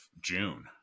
June